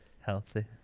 Healthy